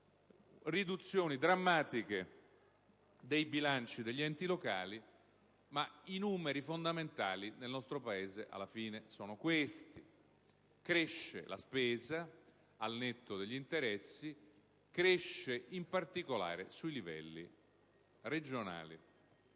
riduzioni drammatiche dei bilanci degli enti locali; ma, alla fine, nel nostro Paese i numeri fondamentali sono questi: cresce la spesa al netto degli interessi e cresce in particolare sui livelli regionali.